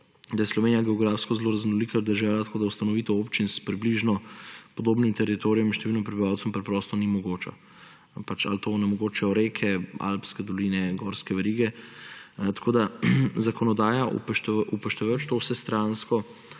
da je Slovenija geografsko zelo raznolika država, tako da ustanovitev občin s približno podobnim teritorijem in številom prebivalcev preprosto ni mogoča; pač to onemogočijo reke, alpske doline ali gorske verige. Tako zakonodaja, upoštevajoč to vsestransko